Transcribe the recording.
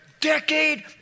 decade